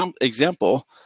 example